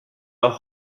auch